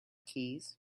keys